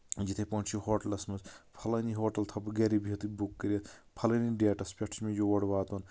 یِتھٕے پٲٹھۍ چھِ ہوٹلَس منٛز فَلٲنی ہوٹل تھاوٕ بہٕ گرِ بِہتھٕے بُک کٔرِتھ فَلٲنی ڈیٹس پٮ۪ٹھ چھُ مےٚ یور واتُن